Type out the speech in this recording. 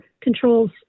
controls